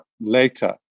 later